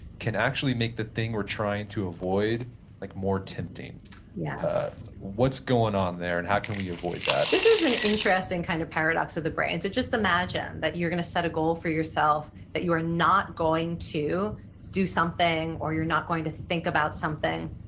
can actually make the thing we're trying to avoid like more tempting yes yeah what's going on there and how can we avoid that? this is an interesting kind of paradox of the brain. so just imagine that you're going to set a goal for yourself that you are not going to do something or you're not going to think about something.